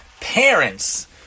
Parents